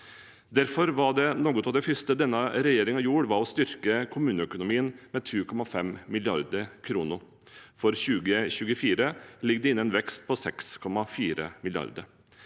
Derfor var noe av det første denne regjeringen gjorde, å styrke kommuneøkonomien med 2,5 mrd. kr. For 2024 ligger det inne en vekst på 6,4 mrd.